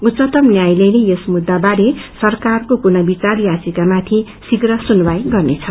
उच्चतम न्यायालयले यस मुद्दाबारे सरकारको पुर्नविचार याचिकामाथि शीघ्र सुनवाई गर्नेछ